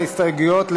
ההסתייגויות.